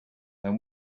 than